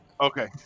Okay